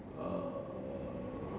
err